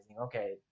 okay